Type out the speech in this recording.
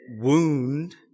wound